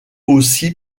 aussi